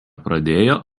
pradėjo